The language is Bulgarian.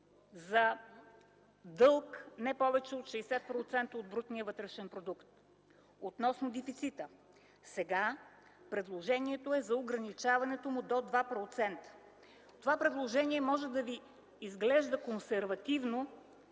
за дълг не повече от 60% от брутния вътрешен продукт. Относно дефицита. Сега предложението е за ограничаването му до 2 процента. Това предложение може да ви изглежда консервативно